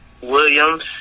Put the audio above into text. Williams